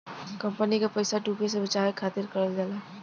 company क पइसा डूबे से बचावे खातिर करल जाला